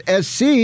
SC